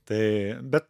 tai bet